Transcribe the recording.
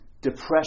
depression